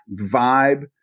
vibe